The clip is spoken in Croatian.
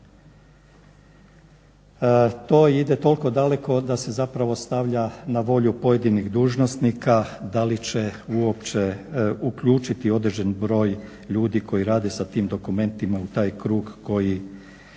To ide toliko daleko da se zapravo stavlja na volju pojedinih dužnosnika da li će uopće uključiti određen broj ljudi koji rade sa tim dokumentima u taj krug koji